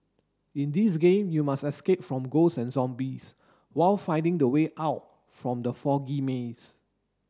in this game you must escape from ghosts and zombies while finding the way out from the foggy maze